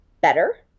better